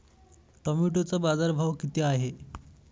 टोमॅटोचा बाजारभाव किती आहे?